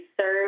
serve